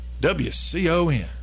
WCON